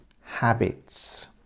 Habits